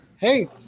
hey